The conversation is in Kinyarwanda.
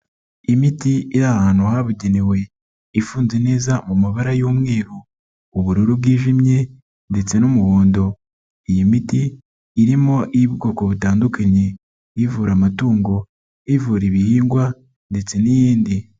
Imiti iri ahantu habugenewe ifunze neza mu mabara y'umweru, ubururu bwijimye ndetse n'umuhondo. Iyi miti irimo iy'ubwoko butandukanye, ivura amatungo ivura ibihingwa ndetse n'iyindi.